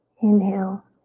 inhale.